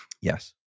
Yes